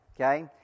okay